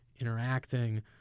interacting